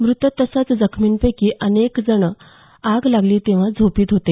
मृत तसंच जखमींपैकी अनेक आग लागली तेंव्हा गाढ झोपेत होते